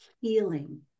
healing